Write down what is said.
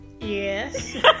Yes